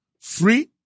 free